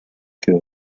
que